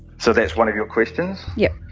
so that's one of your questions? yep.